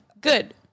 Good